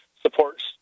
supports